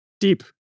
deep